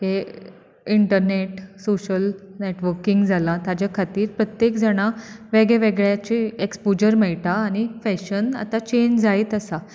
internet social networking जालां ताच्या खातीर प्रत्येक जाणाक वेगळ्या वेगळ्याची एक्सपोज्यर मेळटा आनी फॅशन आतां चॅंज जायत आसा